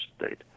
state